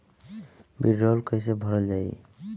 वीडरौल कैसे भरल जाइ?